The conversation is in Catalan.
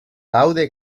laude